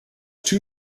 two